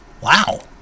Wow